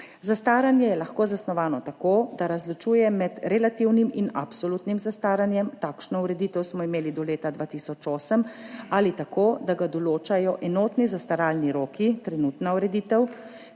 Zastaranje je lahko zasnovano tako, da razločuje med relativnim in absolutnim zastaranjem, takšno ureditev smo imeli do leta 2008, ali tako, da ga določajo enotni zastaralni roki, trenutna ureditev.